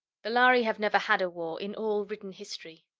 the lhari have never had a war, in all written history.